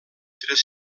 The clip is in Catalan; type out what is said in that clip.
tres